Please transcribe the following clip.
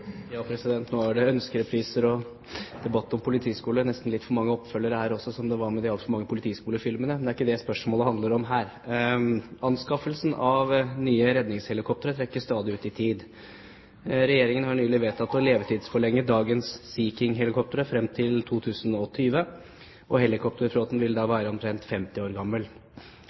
debatt om politiskoler – nesten litt for mange oppfølgere her også, som det var med de altfor mange politiskolefilmene. Men det er ikke det spørsmålet handler om her: «Anskaffelsen av nye redningshelikoptre trekker stadig ut i tid. Regjeringen har nylig vedtatt å levetidsforlenge dagens Sea King-helikoptre frem til 2020, og helikopterflåten vil da være omtrent 50 år gammel.